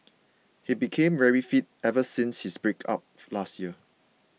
he became very fit ever since his breakup last year